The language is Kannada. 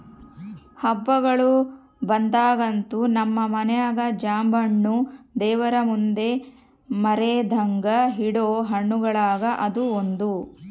ಹಬ್ಬಗಳು ಬಂದಾಗಂತೂ ನಮ್ಮ ಮನೆಗ ಜಾಂಬೆಣ್ಣು ದೇವರಮುಂದೆ ಮರೆದಂಗ ಇಡೊ ಹಣ್ಣುಗಳುಗ ಅದು ಒಂದು